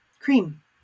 cream